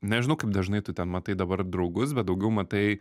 nežinau kaip dažnai tu ten matai dabar draugus bet daugiau matai